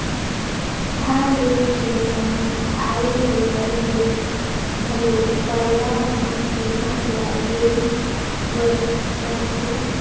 धान लूए के समे आए ले पहिले घलो पायर मन के घांस ल लूए बर परथे